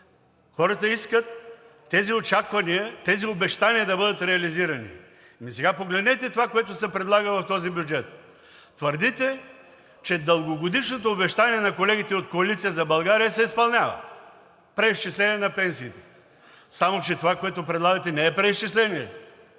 хората искат тези обещания да бъдат реализирани. Погледнете сега това, което се предлага в този бюджет. Твърдите, че дългогодишното обещание на колегите от Коалиция „БСП за България“ се изпълнява – преизчисление на пенсиите. Само че това, което предлагате, не е преизчисление